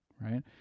right